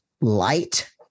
light